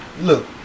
look